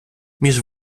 між